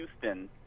Houston